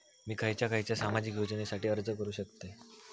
मी खयच्या खयच्या सामाजिक योजनेसाठी अर्ज करू शकतय?